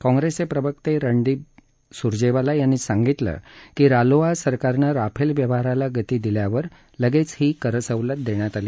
काँग्रेसचे प्रवक्ते रणदीप सूर्जेवाला यांनी सांगितलं की रालोआ सरकारनं राफेल व्यवहाराला गती दिल्यावर लगेच ही करसवलत देण्यात आली